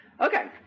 Okay